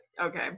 okay